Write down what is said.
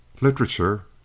Literature